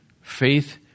Faith